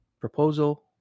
proposal